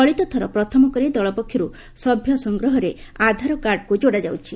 ଚଳିତଥର ପ୍ରଥମକରି ଦଳ ପକ୍ଷରୁ ସଭ୍ୟ ସଂଗ୍ରହରେ ଆଧାରକାର୍ଡକୁ ଯୋଡ଼ାଯାଉଛି